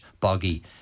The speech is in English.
boggy